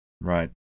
Right